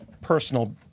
personal